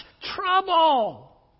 trouble